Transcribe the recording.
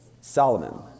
Solomon